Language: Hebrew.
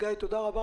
תודה רבה.